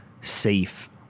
safe